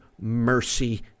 mercy